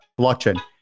blockchain